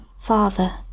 Father